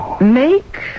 Make